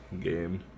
game